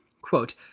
quote